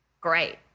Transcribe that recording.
great